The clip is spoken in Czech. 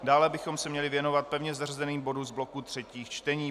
Dále bychom se měli věnovat pevně zařazeným bodům z bloku třetích čtení.